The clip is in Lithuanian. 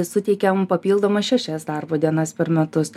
suteikiam papildomas šešias darbo dienas per metus